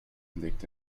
legte